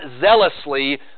zealously